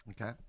okay